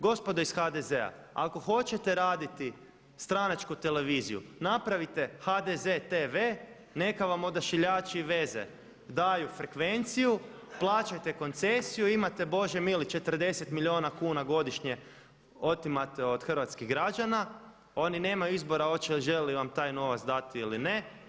Gospodo iz HDZ-a ako hoćete raditi stranačku televiziju napravite HDZ TV, neka vam odašiljači veze daju frekvenciju, plaćajte koncesiju, imate bože mili 40 milijuna kuna godišnje otimate od hrvatskih građana, oni nemaju izbora žele li vam taj novac dati ili ne.